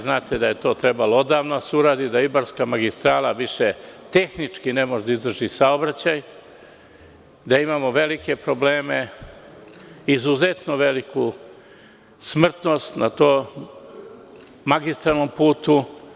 Znate da je to trebalo odavno da se uradi, da Ibarska magistrala više tehnički ne može da izdrži saobraćaj, da imamo velike probleme, izuzetno veliku smrtnost na tom magistralnom putu.